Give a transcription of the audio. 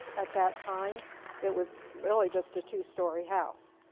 at that time it was really just a two-story house.